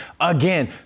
again